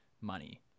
money